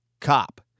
cop